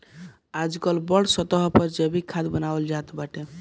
आजकल बड़ स्तर पर जैविक खाद बानवल जात बाटे